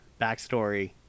backstory